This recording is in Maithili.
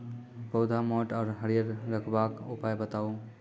पौधा मोट आर हरियर रखबाक उपाय बताऊ?